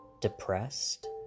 depressed